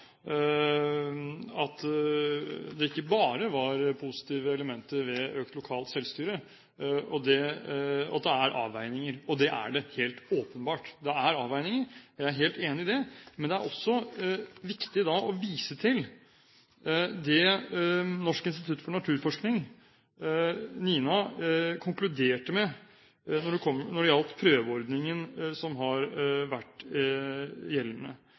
at det ikke bare er positive elementer ved økt lokalt selvstyre, og at det er avveininger, og det er det helt åpenbart. Det er avveininger, jeg er helt enig i det. Men det er også viktig å vise til det Norsk institutt for naturforskning, NINA, konkluderte med når det gjaldt den prøveordningen som har vært gjeldende.